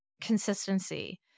consistency